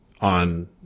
on